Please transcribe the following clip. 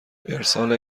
ارسال